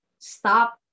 stop